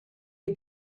ihr